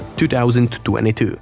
2022